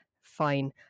fine